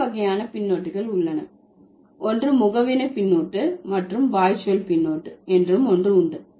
பல்வேறு வகையான பின்னொட்டுகள் உள்ளன ஒன்று முகவினை பின்னொட்டு மற்றும் வாய்ச்சொல் பின்னொட்டு என்றும் ஒன்று உண்டு